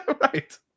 right